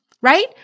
right